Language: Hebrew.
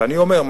ואני אומר,